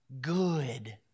good